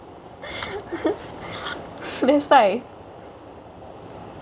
that's why